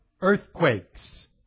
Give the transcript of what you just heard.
earthquakes